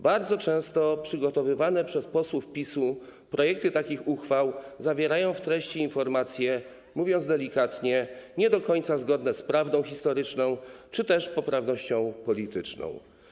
Bardzo często przygotowywane przez posłów PiS-u projekty takich uchwał zawierają w treści informacje, mówiąc delikatnie, nie do końca zgodne z prawdą historyczną, czy też poprawnością polityczną.